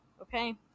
Okay